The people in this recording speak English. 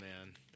man